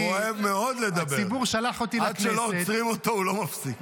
לא, לא בגלל זה.